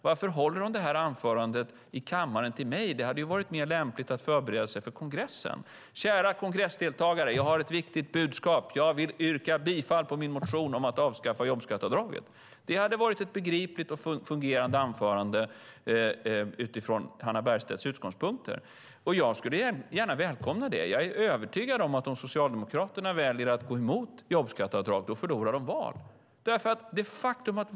Varför håller hon sitt anförande i kammaren till mig? Det hade ju varit mer lämpligt för Hannah Bergstedt att förbereda ett tal till kongressen: Kära kongressdeltagare! Jag har ett viktigt budskap - jag vill yrka bifall till min motion om att avskaffa jobbskatteavdraget. Det hade varit ett begripligt och fullt fungerande anförande utifrån Hannah Bergstedts utgångspunkter. Jag skulle välkomna det. Jag är övertygad att om Socialdemokraterna går emot jobbskatteavdraget förlorar de val.